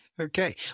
Okay